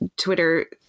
Twitter